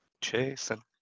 chasing